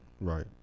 Right